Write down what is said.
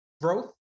growth